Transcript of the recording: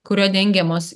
kuriuo dengiamos